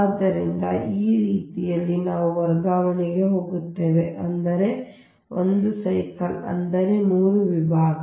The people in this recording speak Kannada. ಆದ್ದರಿಂದ ಈ ರೀತಿಯಲ್ಲಿ ನಾವು ವರ್ಗಾವಣೆಗೆ ಹೋಗುತ್ತೇವೆ ಅಂದರೆ 1 cycle ಸೈಕಲ್ ಅಂದರೆ 3 ವಿಭಾಗ